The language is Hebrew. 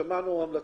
שמענו המלצות.